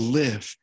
live